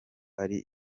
ari